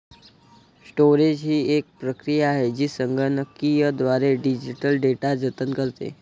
storage ही एक प्रक्रिया आहे जी संगणकीयद्वारे डिजिटल डेटा जतन करते